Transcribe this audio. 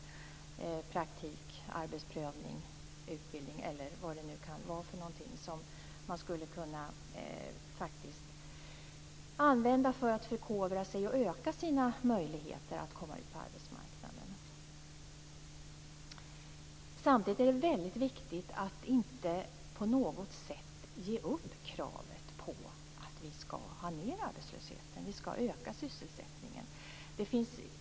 Det kan vara praktik, arbetsprövning och utbildning eller annat som man skulle kunna använda för att förkovra sig och öka sina möjligheter att komma ut på arbetsmarknaden. Samtidigt är det väldigt viktigt att inte på något sätt ge upp kravet på att få ned arbetslösheten och öka sysselsättningen.